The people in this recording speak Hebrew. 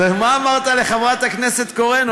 איזו עבודה, נורית קורן?